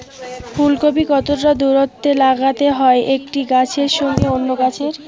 ফুলকপি কতটা দূরত্বে লাগাতে হয় একটি গাছের সঙ্গে অন্য গাছের?